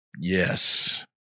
Yes